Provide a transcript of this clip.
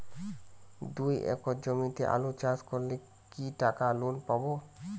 দুই একর জমিতে আলু চাষ করলে কি টাকা লোন পাবো?